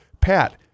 Pat